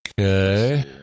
Okay